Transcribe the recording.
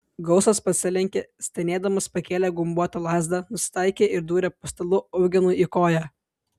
gausas pasilenkė stenėdamas pakėlė gumbuotą lazdą nusitaikė ir dūrė po stalu eugenui į koją